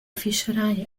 fischerei